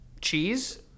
cheese